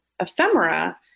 ephemera